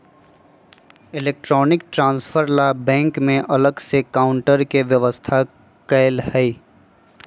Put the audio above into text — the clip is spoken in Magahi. एलेक्ट्रानिक ट्रान्सफर ला बैंक में अलग से काउंटर के व्यवस्था कएल हई